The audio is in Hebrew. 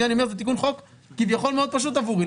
זה תיקון חוק כביכול מאוד פשוט עבורי,